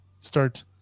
start